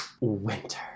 winter